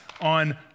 on